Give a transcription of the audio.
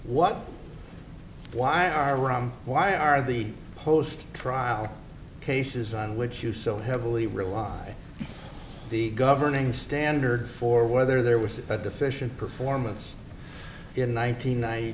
what why are rum why are the post trial cases on which you so heavily relied the governing standard for whether there was a deficient performance in one nine